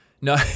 No